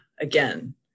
again